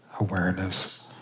awareness